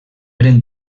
eren